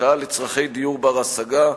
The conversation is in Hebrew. הפקעה לצורכי דיור בר-השגה,